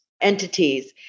entities